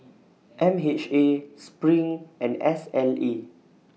M H A Sring and S L E